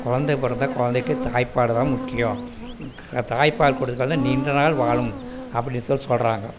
குழந்த பிறந்தால் குழந்தைக்கு தாய் பால்தான் முக்கியம் தாய் பால் கொடுத்தாலே நீண்ட நாள் வாழும் அப்படிதான் சொல்கிறாங்க